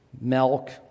milk